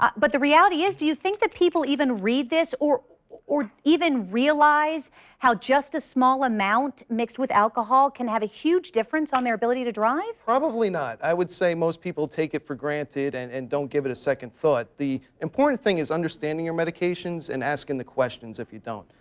but the reality is do you think people even read this or or even realize how just a small amount mixed with alcohol can have a huge difference on their ability to drive? probably not. i would say most people take it for granted and and don't give it a second thought. the important thing is understanding your medications anding and ask and the questions if you don't.